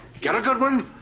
get a good one.